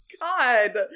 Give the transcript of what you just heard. god